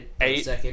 eight